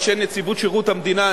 אנשי נציבות שירות המדינה,